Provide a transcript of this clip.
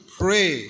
pray